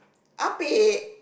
ah-pek